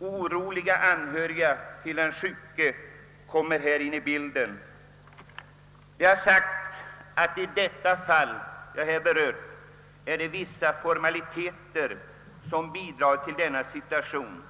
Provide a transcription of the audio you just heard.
Oroliga anhöriga till de sjuka kommer in i bilden, I detta fall har det sagts att det är vissa formaliteter som bidragit till uppkomsten av den rådande situationen.